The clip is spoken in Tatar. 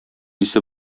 исе